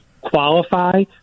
qualify